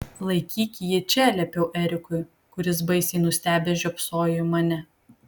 laikyk jį čia liepiau erikui kuris baisiai nustebęs žiopsojo į mane